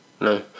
no